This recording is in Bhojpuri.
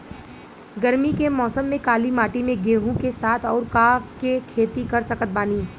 गरमी के मौसम में काली माटी में गेहूँ के साथ और का के खेती कर सकत बानी?